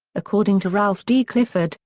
according to ralph d. clifford,